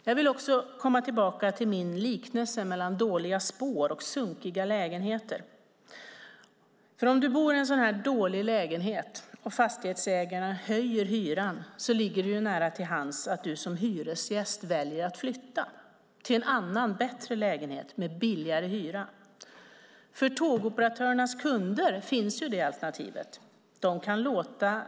Jag vill komma tillbaka till min liknelse mellan dåliga spår och sunkiga lägenheter. Om du bor i en dålig lägenhet och fastighetsägaren höjer hyran ligger det nära till hands att du som hyresgäst väljer att flytta till en annan bättre lägenhet med billigare hyra. För tågoperatörernas kunder finns det alternativet.